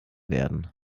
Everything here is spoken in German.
werden